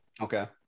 Okay